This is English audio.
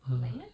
ah